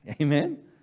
Amen